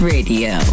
Radio